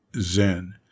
Zen